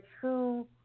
true